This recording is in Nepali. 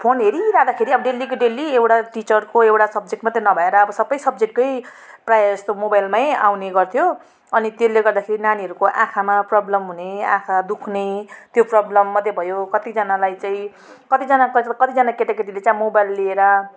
फोन हेरिरहँदाखेरि अब डेलीको डेली एउटा टिचरको एउटा सब्जेक्ट मात्रै नभएर अब सबै सब्जेक्टकै प्रायःजस्तो मोबाइलमै आउने गर्थ्यो अनि त्यसले गर्दाखेरि नानीहरूको आँखामा प्रब्लम हुने आँखा दुख्ने त्यो प्रब्लम मात्रै भयो कत्तिजनालाई चाहिँ कत्तिजना केटाकेटी त कत्तिजना केटाकेटीले चाहिँ अब मोबाइल लिएर